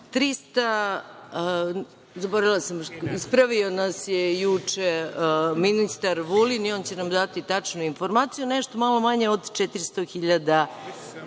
mesečno prima, ispravio nas je juče ministar Vulin i on će nam dati tačnu informaciju, ali nešto malo manje od 400.000